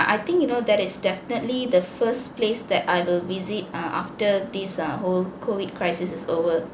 I think you know that is definitely the first place that I will visit err after this err whole COVID crisis is over